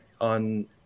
on